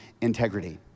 integrity